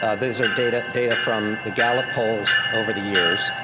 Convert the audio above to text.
ah these are data data from the gallup polls over the years.